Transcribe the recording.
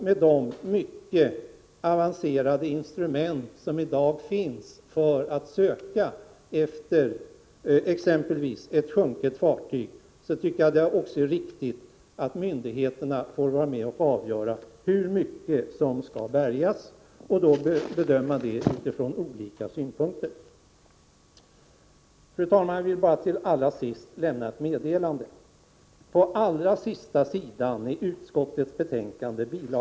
Med de mycket avancerade instrument som i dag finns för att söka efter exempelvis ett sjunket fartyg, tycker jag att det är riktigt att myndigheterna får vara med och avgöra hur mycket som skall bärgas och att de får bedöma frågan från olika synpunkter. Fru talman! Sist vill jag lämna ett meddelande. På den allra sista sidan i utskottets betänkande bil.